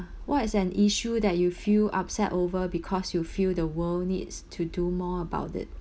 what is an issue that you feel upset over because you feel the world needs to do more about it